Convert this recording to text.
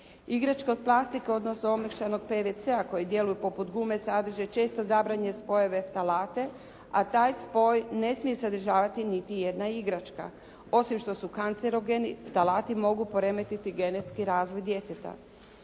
Igračke od plastike, odnosno omekšanog PVC-a koji djeluju poput gume sadrže često zabranjene spojeve ftalate, a taj spoj ne smije sadržavati niti jedna igračka. Osim što su kancerogeni, ftalati mogu poremetiti genetski razvoj djeteta.